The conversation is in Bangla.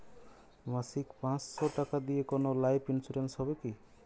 মাসিক পাঁচশো টাকা দিয়ে কোনো লাইফ ইন্সুরেন্স হবে কি?